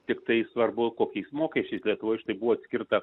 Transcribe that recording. tiktai svarbu kokiais mokesčiais lietuvoje tai buvo atkirto